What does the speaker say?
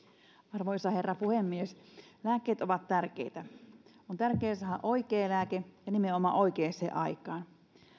arvoisa herra puhemies lääkkeet ovat tärkeitä on tärkeää saada oikea lääke ja nimenomaan oikeaan aikaan